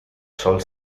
sol